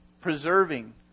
preserving